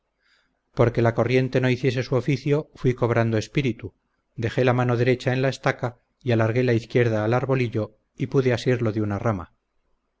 que la corriente no hiciese su oficio fuí cobrando espíritu dejé la mano derecha en la estaca y alargué la izquierda al arbolillo y pude asirlo de una rama